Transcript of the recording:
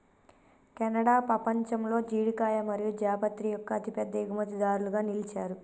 Canada పపంచంలో జీడికాయ మరియు జాపత్రి యొక్క అతిపెద్ద ఎగుమతిదారులుగా నిలిచారు